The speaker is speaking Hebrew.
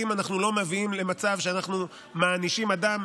אם אנחנו לא מביאים למצב שבו אנחנו מענישים אדם,